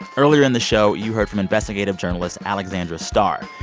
earlier in the show, you heard from investigative journalist alexandra starr.